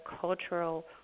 cultural